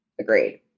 Agreed